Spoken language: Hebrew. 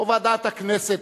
או ועדת הכנסת,